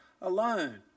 alone